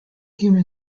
human